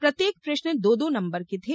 प्रत्येक प्रश्न दो दो नंबर के थे